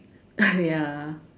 ya